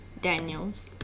Daniels